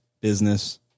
business